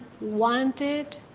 wanted